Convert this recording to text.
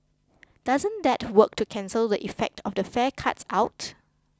doesn't that work to cancel the effect of the fare cuts out